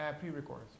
Pre-recorded